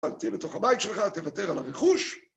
אל תהיה בתוך הבית שלך, תוותר על הרכוש